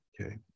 Okay